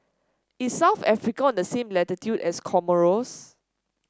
is South Africa on the same latitude as Comoros